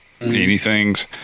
anythings